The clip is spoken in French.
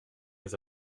les